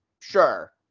Sure